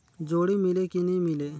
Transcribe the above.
जोणी मीले कि नी मिले?